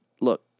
Look